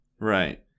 Right